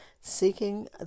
Seeking